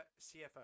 CFO